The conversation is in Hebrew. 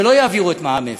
אמר שלא יעבירו את מע"מ אפס.